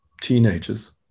teenagers